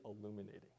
illuminating